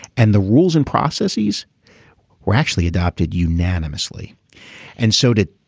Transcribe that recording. and the rules and processes were actually adopted unanimously and so did.